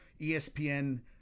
ESPN